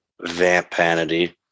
vampanity